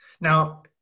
Now